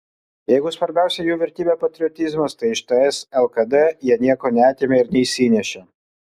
jeigu svarbiausia jų vertybė patriotizmas tai iš ts lkd jie nieko neatėmė ir neišsinešė